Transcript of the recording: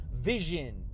vision